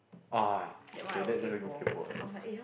oh okay that that's a good kaypo also